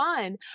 fun